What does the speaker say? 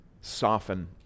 soften